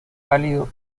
pálido